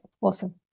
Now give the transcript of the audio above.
awesome